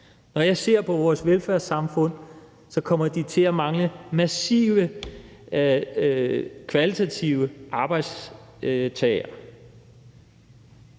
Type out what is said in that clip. Når jeg ser på vores velfærdssamfund, kommer de til at mangle massivt mange kvalitative arbejdstagere.